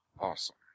Awesome